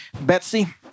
Betsy